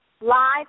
live